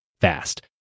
fast